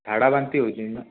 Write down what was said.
ଝାଡ଼ା ବାନ୍ତି ହେଉଛି ନା